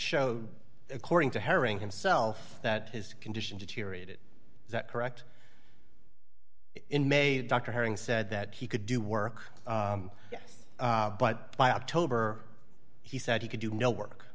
showed according to herring himself that his condition deteriorated is that correct in may dr herring said that he could do work yes but by october he said he could do no work